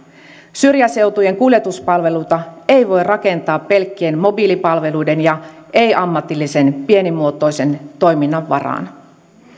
syrjäseutujen kuljetuspalveluita ei voi rakentaa pelkkien mobiilipalveluiden ja ei ammatillisen pienimuotoisen toiminnan varaan